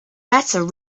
better